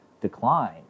decline